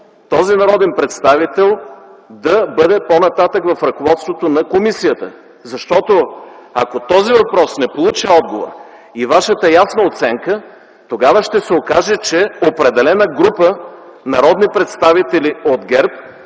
този народен представител да бъде по-нататък в ръководството на комисията. Защото ако този въпрос не получи отговор и вашата ясна оценка, тогава ще се окаже, че определена група народни представители от ГЕРБ